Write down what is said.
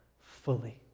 fully